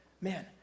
Man